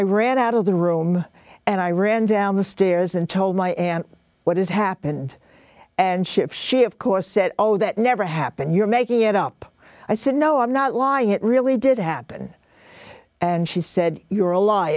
i ran out of the room and i ran down the stairs and told my aunt what had happened and shift she of course said oh that never happened you're making it up i said no i'm not lying it really did happen and she said you're a li